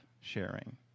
sharing